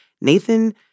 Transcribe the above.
Nathan